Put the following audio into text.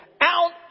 out